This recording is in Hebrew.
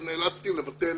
אבל נאלצתי לבטל